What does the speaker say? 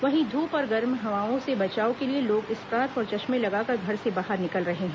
वहीं धूप और गर्म हवाओं से बचाव के लिए लोग स्कार्फ और चश्मे लगाकर घर से बाहर निकल रहे हैं